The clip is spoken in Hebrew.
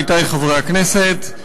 עמיתי חברי הכנסת,